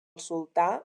sultà